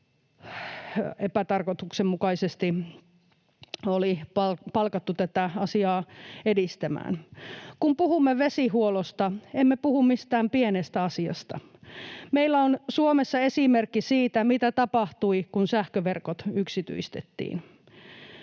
epätarkoituksenmukaisesti konsulttiyhtiö tätä asiaa edistämään. Kun puhumme vesihuollosta, emme puhu mistään pienestä asiasta. Meillä on Suomessa esimerkki siitä, mitä tapahtui, kun sähköverkot yksityistettiin.